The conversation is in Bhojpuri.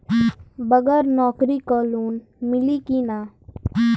बगर नौकरी क लोन मिली कि ना?